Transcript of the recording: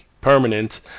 permanent